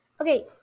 Okay